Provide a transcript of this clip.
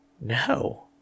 No